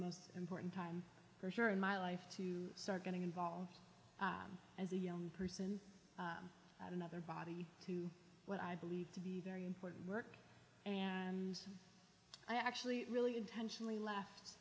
most important time for sure in my life to start getting involved as a young person another body to what i believe to be very important work and i actually really intentionally l